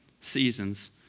seasons